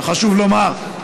חשוב לומר,